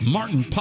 Martin